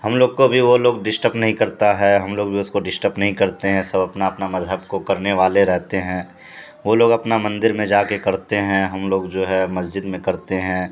ہم لوگ کو بھی وہ لوگ ڈسٹپ نہیں کرتا ہے ہم لوگ بھی اس کو ڈسٹپ نہیں کرتے ہیں سب اپنا اپنا مذہب کو کرنے والے رہتے ہیں وہ لوگ اپنا مندر میں جا کے کرتے ہیں ہم لوگ جو ہے مسجد میں کرتے ہیں